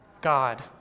God